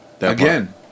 Again